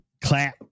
clap